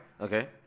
Okay